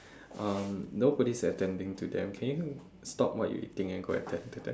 uh nobody is attending to them can you stop what you are eating and go attend to them